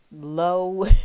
low